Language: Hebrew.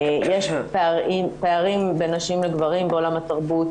יש פערים בין נשים לגברים בעולם התרבות.